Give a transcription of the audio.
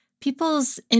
people's